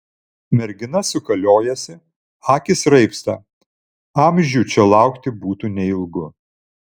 mergina sukaliojasi akys raibsta amžių čia laukti būtų neilgu